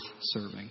serving